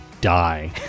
die